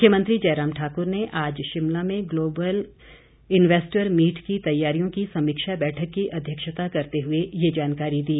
मुख्यमंत्री जयराम ठाकुर ने आज शिमला में ग्लोबल इंयेस्टर मीट की तैयारियों की समीक्षा बैठक की अध्यक्षता करते हुए ये जानकारी दी